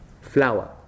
flower